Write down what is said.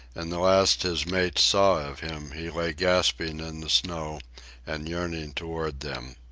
and the last his mates saw of him he lay gasping in the snow and yearning toward them.